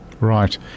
Right